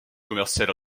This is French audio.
commercial